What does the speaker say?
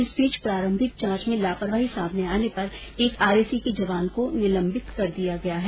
इस बीच प्रारंभिक जांच में लापरवाही सामने आने पर एक आरएसी के जवान को निलंबित कर दिया गया है